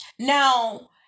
Now